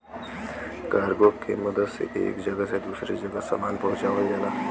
cargo के मदद से एक जगह से दूसरे जगह सामान पहुँचावल जाला